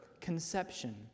conception